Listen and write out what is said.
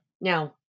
Now